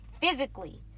physically